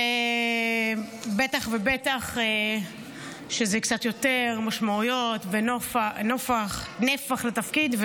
בטח ובטח שזה עם קצת יותר משמעויות ונפח לתפקיד.